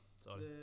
sorry